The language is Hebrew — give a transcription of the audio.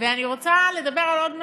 ואני רוצה לדבר על עוד מצב.